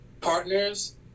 partners